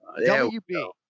wb